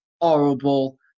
horrible